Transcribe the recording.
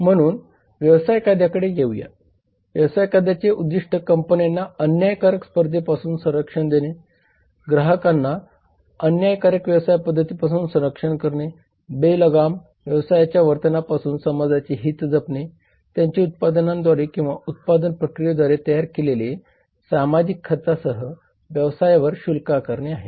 म्हणून व्यवसाय कायद्याकडे येऊया व्यवसाय कायद्याचे उद्दीष्ट कंपन्यांना अन्यायकारक स्पर्धेपासून संरक्षण देणे ग्राहकांना अन्यायकारक व्यवसाय पद्धतींपासून संरक्षण करणे बेलगाम व्यवसायाच्या वर्तनापासून समाजाचे हित जपणे त्यांच्या उत्पादनांद्वारे किंवा उत्पादन प्रक्रियेद्वारे तयार केलेल्या सामाजिक खर्चासह व्यवसायांवर शुल्क आकारणे आहे